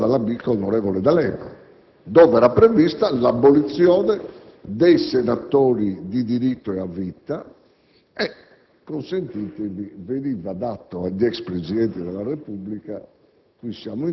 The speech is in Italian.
Questo *de* *iure* *condendo* ed era previsto in una delle tante riforme della Costituzione. Per esempio, era previsto